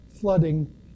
flooding